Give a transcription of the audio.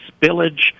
spillage